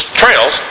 trails